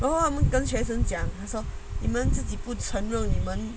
so 他们跟学生讲他说你们自己不承认你们